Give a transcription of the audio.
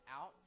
out